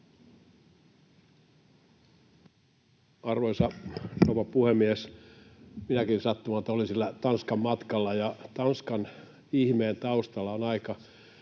Arvoisa rouva puhemies! Minäkin sattumalta olin sillä Tanskan-matkalla. Ja Tanskan ihmeen taustalla on aika